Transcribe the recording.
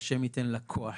שהשם ייתן לה כוח,